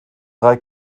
drei